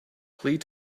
plead